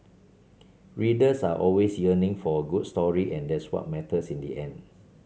readers are always yearning for a good story and that's what matters in the end